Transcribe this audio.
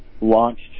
launched